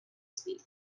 speak